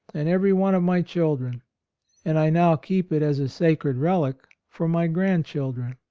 and every one of my children and i now keep it as a sacred relic for my grandchildren.